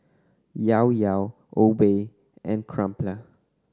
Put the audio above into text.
Llao Llao Obey and Crumpler